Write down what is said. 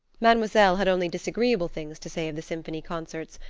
mademoiselle had only disagreeable things to say of the symphony concerts,